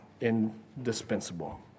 indispensable